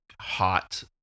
hot